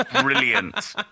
brilliant